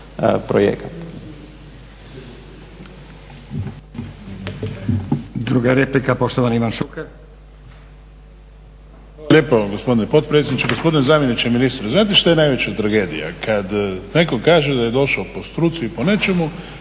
lijepo gospodine potpredsjedniče. Gospodine zamjeniče ministra, znate što je najveća tragedija? Kad netko kaže da je došao po struci, po nečemu